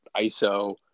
iso